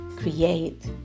create